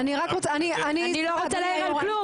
אני לא רוצה להעיר על כלום,